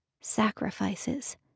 Sacrifices